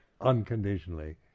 unconditionally